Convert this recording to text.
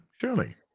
Surely